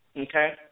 Okay